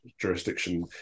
jurisdiction